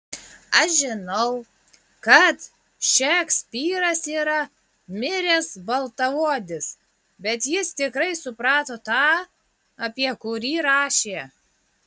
aš žinau kad šekspyras yra miręs baltaodis bet jis tikrai suprato tą apie kurį rašė